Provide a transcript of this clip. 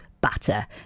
batter